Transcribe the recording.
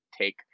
take